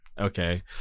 Okay